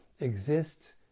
exists